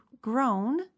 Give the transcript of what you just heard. grown